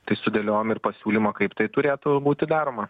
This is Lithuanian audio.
tai sudėliojom ir pasiūlymą kaip tai turėtų būti daroma